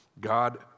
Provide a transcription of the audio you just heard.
God